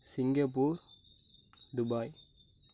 Singapore Dubai